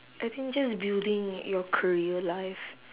I think just building like your career life